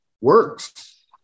works